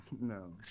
no